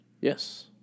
Yes